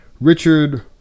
Richard